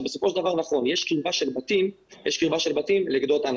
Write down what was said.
בסופו של דבר, נכון, יש קרבה של בתים לגדות הנחל.